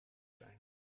zijn